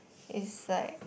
it's like